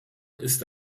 ist